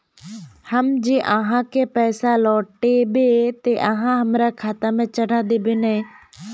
हम जे आहाँ के पैसा लौटैबे ते आहाँ हमरा खाता में चढ़ा देबे नय?